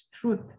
truth